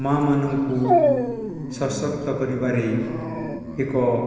ମା'ମାନଙ୍କୁ ସଶକ୍ତ କରିବାରେ ଏକ